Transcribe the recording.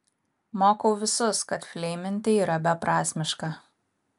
mokau visus kad fleiminti yra beprasmiška